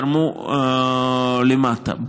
זרמו למטה.